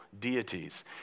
deities